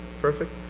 Perfect